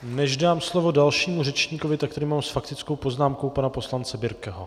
Než dám slovo dalšímu řečníkovi, tak tady mám s faktickou poznámkou pana poslance Birkeho.